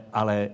ale